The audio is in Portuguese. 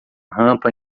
rampa